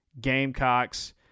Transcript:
Gamecocks